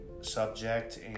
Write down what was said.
subject